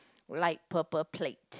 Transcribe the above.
light purple plate